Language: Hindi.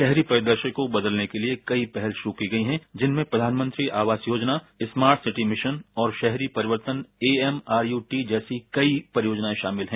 शहरी परिदृश्य को बदलने के लिए कई पहल शुरू की गई हैं जिनमें प्रधानमंत्री आवास योजना स्मार्ट सिटी मिशन और शहरी परिवर्तन एएमआरयूटी जैसी कई परियोजनाएं शामिल हैं